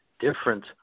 different